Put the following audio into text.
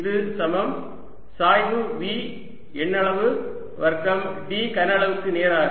இது சமம் சாய்வு V எண்ணளவு வர்க்கம் d கன அளவுக்கு நேராக